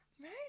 Right